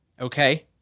Okay